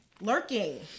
Lurking